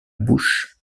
bouche